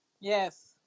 Yes